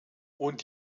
und